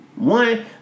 One